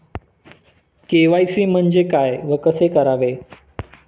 KYC म्हणजे काय व कसे करावे?